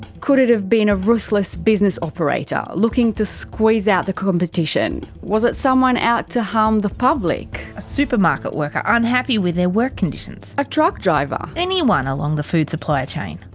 could it have been a ruthless business operator looking to squeeze out the competition? was it someone out to harm the public? a supermarket worker unhappy with their work conditions? a truck driver? anyone along the food supply chain?